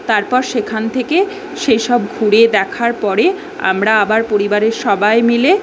তারপর সেখান থেকে সেসব ঘুরে দেখার পরে আমরা আবার পরিবারের সবাই মিলে